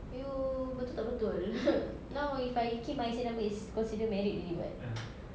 you betul tak betul now if I key my I_C number is considered married already [what]